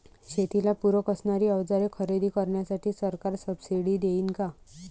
शेतीला पूरक असणारी अवजारे खरेदी करण्यासाठी सरकार सब्सिडी देईन का?